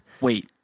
Wait